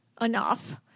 enough